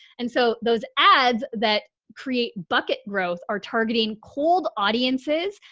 and so those ads that create bucket growth are targeting cold audiences.